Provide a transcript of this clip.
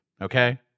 okay